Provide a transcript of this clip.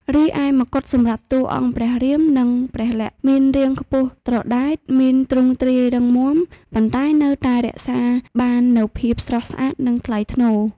រីឯមកុដសម្រាប់តួអង្គព្រះរាម និងព្រះលក្ខណ៍មានរាងខ្ពស់ត្រដែត មានទ្រង់ទ្រាយរឹងមាំ ប៉ុន្តែនៅតែរក្សាបាននូវភាពស្រស់ស្អាត និងថ្លៃថ្នូរ។